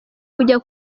kujya